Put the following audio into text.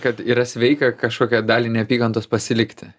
kad yra sveika kažkokią dalį neapykantos pasilikti